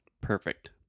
Perfect